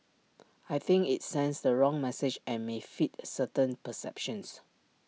I think IT sends the wrong message and may feed certain perceptions